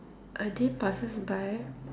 a day passes by